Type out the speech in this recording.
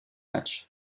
matchs